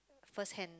firsthand